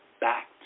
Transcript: back